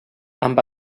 amb